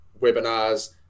webinars